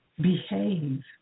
behave